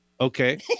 Okay